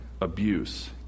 abuse